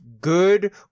good